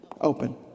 Open